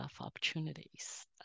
opportunities